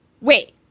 Wait